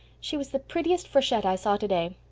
she was the prettiest freshette i saw today,